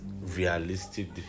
realistic